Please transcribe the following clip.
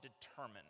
determine